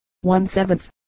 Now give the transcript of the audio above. one-seventh